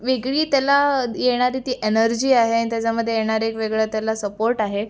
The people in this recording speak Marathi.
वेगळी त्याला येणारी ती एनर्जी आहे आणि त्याच्यामध्ये येणारं एक वेगळं त्याला सपोर्ट आहे